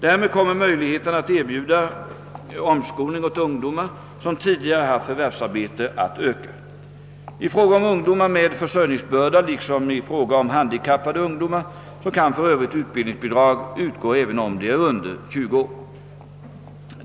Därmed kommer möjligheterna att erbjuda omskolning åt ungdomar som tidigare haft förvärvsarbete att öka. I fråga om ungdomar med försörjningsbörda liksom i fråga om handikappade ungdomar kan för övrigt utbildningsbidrag utgå även om de är under 20 år.